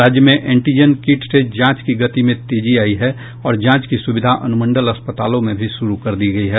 राज्य में antigen kit से जांच की गति में तेजी आयी है और जांच की सुविधा अनुमंडल अस्पतालों में भी शुरू कर दी गयी है